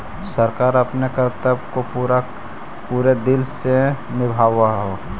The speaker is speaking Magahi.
सरकार अपने कर्तव्य को पूरे दिल से निभावअ हई